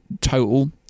total